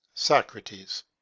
socrates